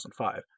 2005